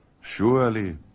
surely